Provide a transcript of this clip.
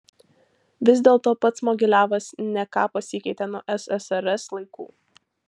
vis dėlto pats mogiliavas ne ką pasikeitė nuo ssrs laikų